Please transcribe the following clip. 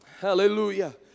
hallelujah